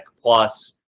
Plus